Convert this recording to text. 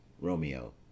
Romeo